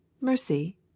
Mercy